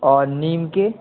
اور نیم کی